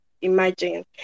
imagine